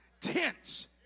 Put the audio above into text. Tents